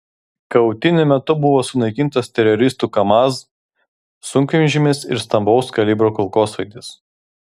kautynių metu buvo sunaikintas teroristų kamaz sunkvežimis ir stambaus kalibro kulkosvaidis